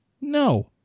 No